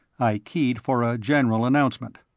i keyed for a general announcement.